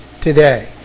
today